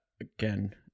again